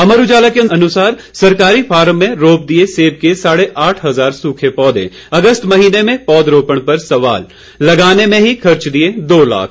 अमर उजाला के अनुसार सरकारी फार्म में रोप दिये सेब के साढ़े आठ हजार सूखे पौधे अगस्त महीने में पौधरोपण पर सवाल लगाने में ही खर्च दिये दो लाख